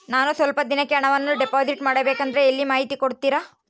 ನಾನು ಸ್ವಲ್ಪ ದಿನಕ್ಕೆ ಹಣವನ್ನು ಡಿಪಾಸಿಟ್ ಮಾಡಬೇಕಂದ್ರೆ ಎಲ್ಲಿ ಮಾಹಿತಿ ಕೊಡ್ತಾರೆ?